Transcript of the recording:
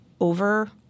over